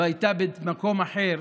לו הייתה במקום אחר,